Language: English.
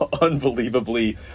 unbelievably